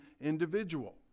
individual